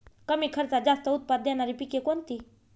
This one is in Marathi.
कमी खर्चात जास्त उत्पाद देणारी पिके कोणती?